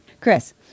Chris